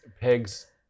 pigs